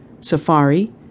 Safari